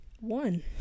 One